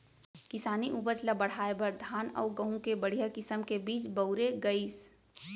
किसानी उपज ल बढ़ाए बर धान अउ गहूँ के बड़िहा किसम के बीज बउरे गइस